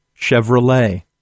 Chevrolet